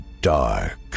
dark